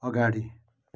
अगाडि